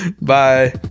Bye